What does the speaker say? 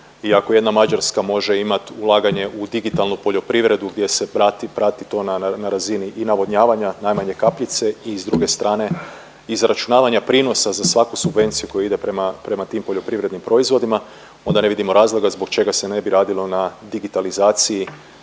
ako jedna Mađarska može imati ulaganje u digitalnu poljoprivredu gdje se prati, prati to na razini i navodnjavanja, najmanje kapljice i s druge strane, izračunavanja prinosa za svaku subvenciju koja ide prema tim poljoprivrednim proizvodima, onda ne vidimo razloga zbog čega se ne bi radilo na digitalizaciji